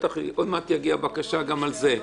שבטח עוד מעט תגיע בקשה גם על זה.